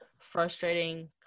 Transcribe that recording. frustrating